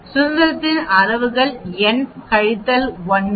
சுதந்திரத்தின் அளவுகள் n கழித்தல் 1